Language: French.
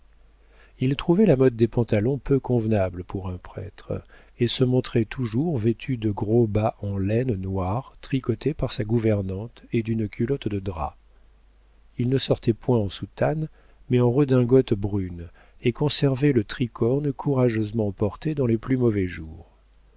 il trouvait la mode des pantalons peu convenable pour un prêtre et se montrait toujours vêtu de gros bas en laine noire tricotés par sa gouvernante et d'une culotte de drap il ne sortait point en soutane mais en redingote brune et conservait le tricorne courageusement porté dans les plus mauvais jours